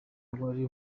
wari